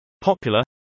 Popular